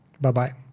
Bye-bye